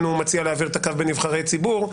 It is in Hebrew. הוא מציע להעביר את הקו בין נבחרי ציבור.